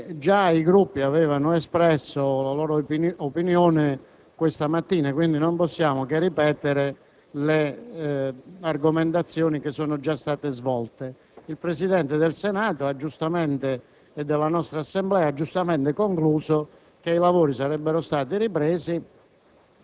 i Gruppi hanno già espresso la loro opinione e pertanto non possiamo che ripetere le argomentazioni che sono già state svolte. Il Presidente della nostra Assemblea ha giustamente concluso che i lavori sarebbero ripresi